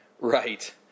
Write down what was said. Right